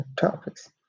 topics